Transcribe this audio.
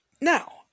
Now